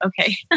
okay